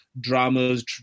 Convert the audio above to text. dramas